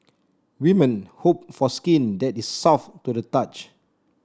women hope for skin that is soft to the touch